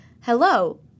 hello